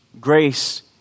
Grace